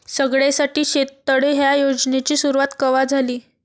सगळ्याइसाठी शेततळे ह्या योजनेची सुरुवात कवा झाली?